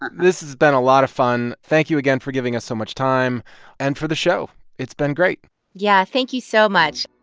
this has been a lot of fun. thank you again for giving us so much time and for the show. it's been great yeah, thank you so much